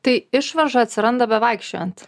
tai išvarža atsiranda bevaikščiojant